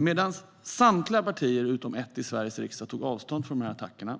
Medan samtliga partier utom ett i Sveriges riksdag tog avstånd från attackerna,